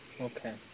Okay